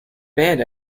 band